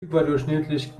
überdurchschnittlich